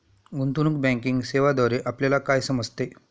गुंतवणूक बँकिंग सेवांद्वारे आपल्याला काय समजते?